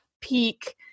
peak